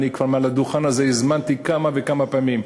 אני כבר מעל הדוכן הזה הזמנתי כמה וכמה פעמים,